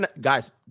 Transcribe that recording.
Guys